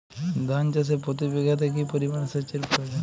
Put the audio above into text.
ধান চাষে প্রতি বিঘাতে কি পরিমান সেচের প্রয়োজন?